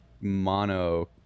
mono